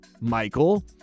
Michael